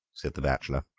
said the bachelor.